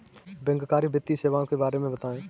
बैंककारी वित्तीय सेवाओं के बारे में बताएँ?